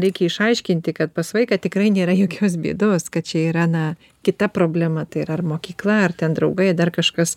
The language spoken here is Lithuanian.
reikia išaiškinti kad pas vaiką tikrai nėra jokios bėdos kad čia yra na kita problema tai yra ar mokykla ar ten draugai a dar kažkas